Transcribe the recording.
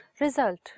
Result